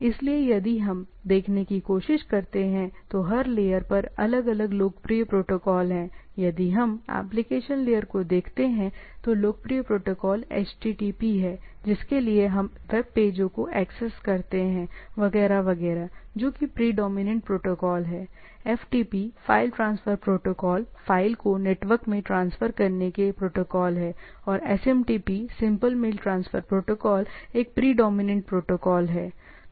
इसलिए यदि हम देखने की कोशिश करते हैं तो हर लेयर पर अलग अलग लोकप्रिय प्रोटोकॉल हैं यदि हम एप्लिकेशन लेयर को देखते हैं तो लोकप्रिय प्रोटोकॉल HTTP है जिसके लिए हम वेब पेजों को एक्सेस करते हैं वगैरह वगैरह जो कि प्रेडोमिनेंट प्रोटोकॉल है FTP फाइल ट्रांसफर प्रोटोकॉल फाइल को नेटवर्क में ट्रांसफर करने का प्रोटोकॉल हैं और SMTP simple mail transfer protocol एक प्रेडोमिनेंट प्रोटोकॉल है